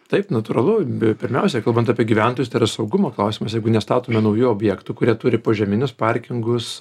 taip natūralu be pirmiausia kalbant apie gyventojus tai yra saugumo klausimas jeigu nestatome naujų objektų kurie turi požeminius parkingus